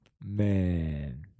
Man